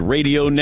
Radio